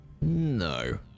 No